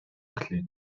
clef